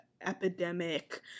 epidemic